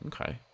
Okay